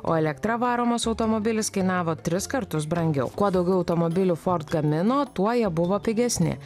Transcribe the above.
o elektra varomas automobilis kainavo tris kartus brangiau kuo daugiau automobilių ford gamino tuo jie buvo pigesni